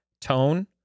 tone